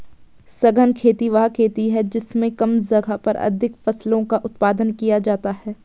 सघन खेती वह खेती है जिसमें कम जगह पर अधिक फसलों का उत्पादन किया जाता है